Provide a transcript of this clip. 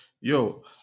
Yo